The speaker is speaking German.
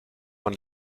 man